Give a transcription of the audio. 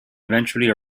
eventually